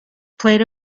played